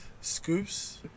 Scoops